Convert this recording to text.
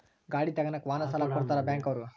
ಗಾಡಿ ತಗನಾಕ ವಾಹನ ಸಾಲ ಕೊಡ್ತಾರ ಬ್ಯಾಂಕ್ ಅವ್ರು